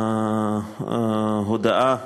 להודעה,